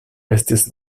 estis